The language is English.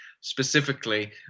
specifically